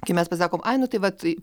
kai mes pasakom ai nu tai vat tai